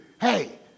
Hey